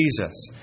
Jesus